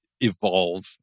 evolve